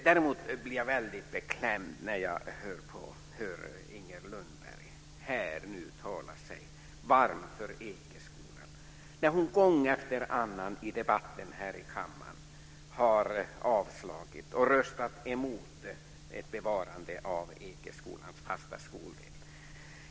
Däremot blir jag väldigt beklämd när jag hör Inger Lundberg här och nu tala sig varm för Ekeskolan när hon gång efter annan i debatter här i kammaren har avstyrkt och röstat emot ett bevarande av Ekeskolans fasta skoldel.